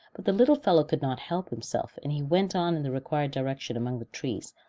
but the little fellow could not help himself, and he went on in the required direction among the trees,